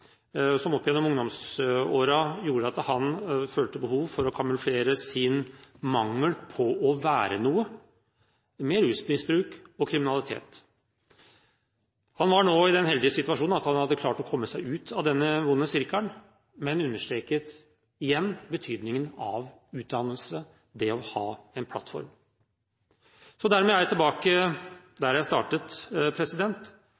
mestring som opp gjennom ungdomsårene gjorde at han følte behov for å kamuflere sin mangel på å være noe med rusmisbruk og kriminalitet. Han var nå i den heldige situasjon at han hadde klart å komme seg ut av denne vonde sirkelen, men understreket igjen betydningen av utdannelse, det å ha en plattform. Dermed er jeg tilbake